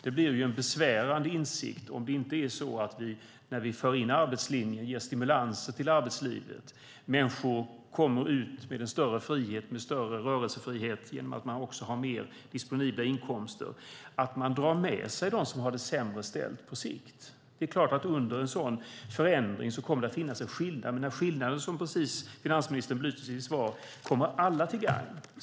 Det blir en besvärande insikt om det inte är så att vi, när vi för in arbetslinjen, ger stimulanser till arbetslivet. Människor kommer ut med större rörelsefrihet genom att de också har större disponibla inkomster. På sikt drar de med sig de som har det sämre ställt. Det är klart att under en sådan förändring kommer det att finnas en skillnad. Skillnaden som finansministern belyste i sitt svar kommer alla till gagn.